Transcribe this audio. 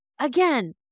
Again